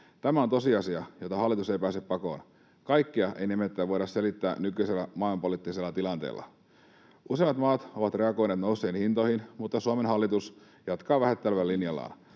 Tämä on tosiasia, jota hallitus ei pääse pakoon. Kaikkea ei nimittäin voida selittää nykyisellä maailmanpoliittisella tilanteella. Useimmat maat ovat reagoineet nousseisiin hintoihin, mutta Suomen hallitus jatkaa vähättelevällä linjallaan.